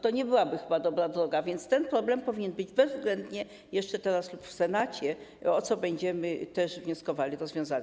To nie byłaby chyba dobra droga, więc ten problem powinien być bezwzględnie jeszcze teraz lub w Senacie - o co będziemy też wnioskowali - rozwiązany.